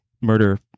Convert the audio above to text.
murder